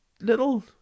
Little